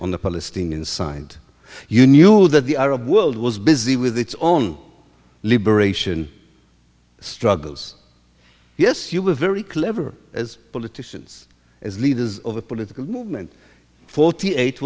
on the palestinian signed you knew that the arab world was busy with its own liberation struggles yes you were very clever as politicians as leaders of a political movement forty eight